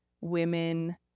women